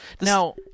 Now